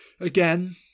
again